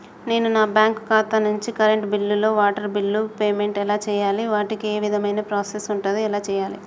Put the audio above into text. నేను నా బ్యాంకు ఖాతా నుంచి కరెంట్ బిల్లో వాటర్ బిల్లో పేమెంట్ ఎలా చేయాలి? వాటికి ఏ విధమైన ప్రాసెస్ ఉంటది? ఎలా చేయాలే?